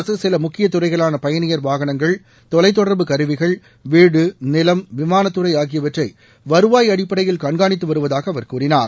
அரசு சில முக்கிய துறைகளான பயணியர் வாகனங்கள் தொலைத் தொடர்பு கருவிகள் வீடு நிலம் விமானத்துறை ஆகியவற்றை வருவாய் அடிப்படையில் அரசு கண்காணித்து வருவதாக அவர் கூறினார்